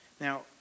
Now